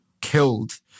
killed